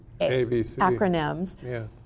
acronyms